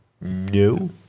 No